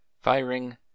firing